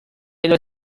ellos